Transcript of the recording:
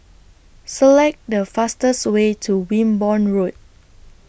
Select The fastest Way to Wimborne Road